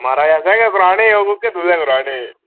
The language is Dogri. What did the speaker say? महाराज असें गै गराह्ने ओह् कोह्के तुसें गराह्ने